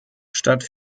statt